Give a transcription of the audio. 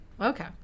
Okay